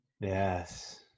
Yes